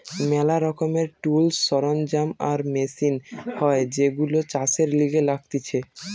ম্যালা রকমের টুলস, সরঞ্জাম আর মেশিন হয় যেইগুলো চাষের লিগে লাগতিছে